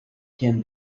can